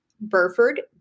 Burford